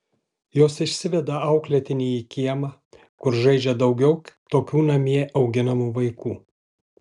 jos išsiveda auklėtinį į kiemą kur žaidžia daugiau tokių namie auginamų vaikų